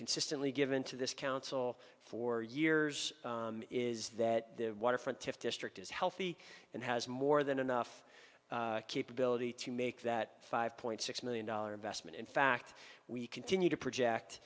consistently given to this council for years is that the waterfront to district is healthy and has more than enough capability to make that five point six million dollar investment in fact we continue to project